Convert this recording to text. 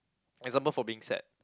example for being sad